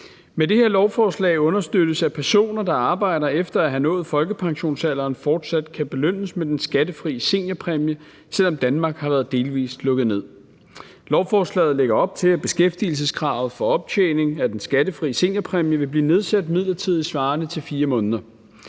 Med det her lovforslag understøttes, at personer, der arbejder efter at have nået folkepensionsalderen, fortsat kan belønnes med den skattefri seniorpræmie, selv om Danmark har været delvis lukket ned. Lovforslaget lægger op til, at beskæftigelseskravet for optjening af den skattefri seniorpræmie vil blive nedsat midlertidigt svarende til 4 måneder.